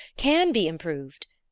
can be improved.